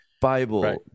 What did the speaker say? Bible